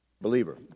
believer